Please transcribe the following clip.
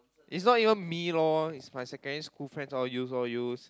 is not even me loh it's my secondary school friends loh use loh use